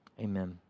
amen